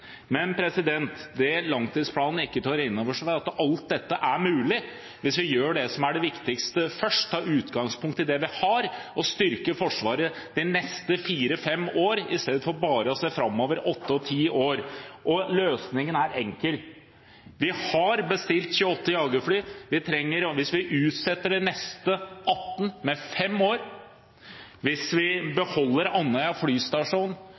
Men det langtidsplanen ikke tar inn over seg, er at alt dette er mulig hvis vi gjør det som er det viktigste, først, tar utgangspunkt i det vi har, og styrker Forsvaret de neste fire–fem år, istedenfor bare å se åtte og ti år framover. Løsningen er enkel: Vi har bestilt 28 jagerfly. Hvis vi utsetter de neste 18 i fem år, hvis vi beholder Andøya flystasjon